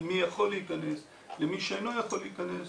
מי יכול להיכנס למי שאינו יכול להיכנס,